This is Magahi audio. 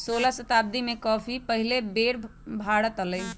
सोलह शताब्दी में कॉफी पहिल बेर भारत आलय